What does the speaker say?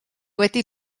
wedi